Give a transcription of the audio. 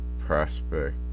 prospect